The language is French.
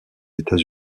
états